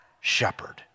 shepherd